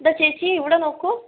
ഇതാ ചേച്ചി ഇവിടെ നോക്കൂ